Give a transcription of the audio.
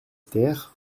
terre